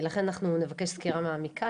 לכן אנחנו נבקש סקירה מעמיקה,